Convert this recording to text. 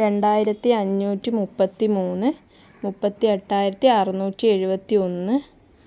രണ്ടായിരത്തി അഞ്ഞുറ്റി മുപ്പത്തി മൂന്ന് മുപ്പത്തിയെട്ടായിരത്തി അറുനൂറ്റി ഏഴുപത്തി ഒന്ന്